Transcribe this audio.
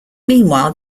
meanwhile